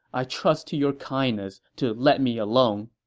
i trust to your kindness to let me alone.